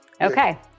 Okay